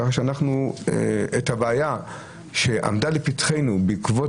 ככה שאנחנו את הבעיה שעמדה לפתחנו בעקבות